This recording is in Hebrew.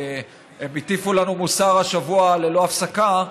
כי הם הטיפו לנו מוסר השבוע ללא הפסקה.